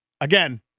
again